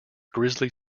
grizzly